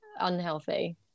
unhealthy